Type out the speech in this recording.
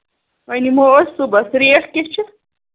وۅنۍ یِمو أسۍ صبُحَس ریٹ کِژھ چھِ